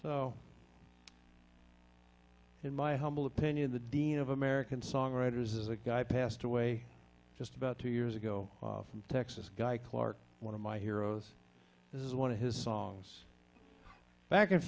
g in my humble opinion the dean of american songwriters is a guy passed away just about two years ago texas guy clark one of my heroes is one of his songs back